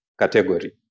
category